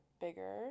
bigger